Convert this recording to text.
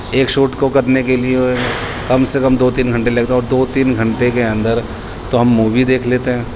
ایک شوٹ کو کرنے کے لیے کم سے کم دو تین گھنٹے لگتے ہیں اور دو تین گھنٹے کے اندر تو ہم مووی دیکھ لیتے ہیں